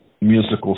musical